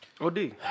OD